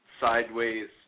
sideways